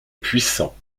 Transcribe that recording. puissant